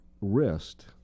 wrist